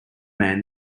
man